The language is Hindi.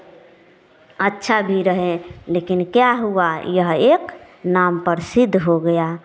अच्छा भी रहे लेकिन क्या हुआ यह एक नाम परसिद्ध हो गया